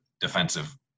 defensive